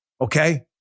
Okay